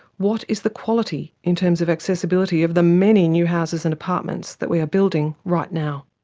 what is the quality in terms of accessibility of the many new houses and apartments that we are building right now.